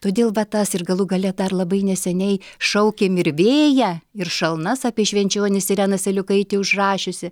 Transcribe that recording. todėl va tas ir galų gale dar labai neseniai šaukėm ir vėją ir šalnas apie švenčionis irena seliukaitė užrašiusi